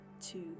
Two